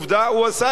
הוא עשה את זה,